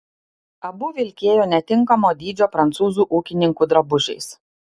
abu vilkėjo netinkamo dydžio prancūzų ūkininkų drabužiais